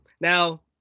Now